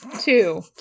Two